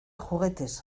juguetes